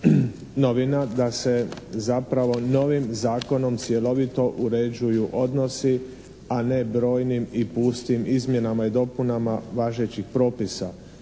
novina da se zapravo novim zakonom cjelovito uređuju odnosi, a ne brojnim i pustim izmjenama i dopunama važećih propisa.